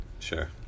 Sure